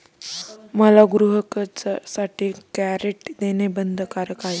मला गृहकर्जासाठी गॅरंटी देणं बंधनकारक आहे का?